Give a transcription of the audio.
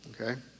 okay